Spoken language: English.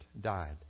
died